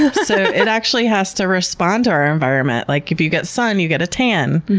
so it actually has to respond to our environment. like if you get sun you get a tan,